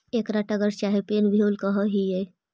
एकरा टगर चाहे पिन व्हील फूल कह हियई